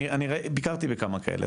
אני ביקרתי בכמה כאלה,